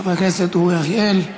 חבר הכנסת אורי אריאל.